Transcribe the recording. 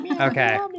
Okay